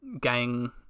gang